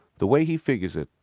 the way he figures it,